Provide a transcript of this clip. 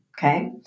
Okay